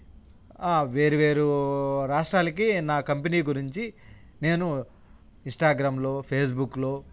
వేరు వేరూ రాష్ట్రాలకి నా కంపెనీ గురించి నేను ఇన్స్టాగ్రామ్లో ఫేస్బుక్లో